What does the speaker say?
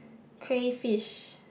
crayfish